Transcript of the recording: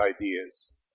ideas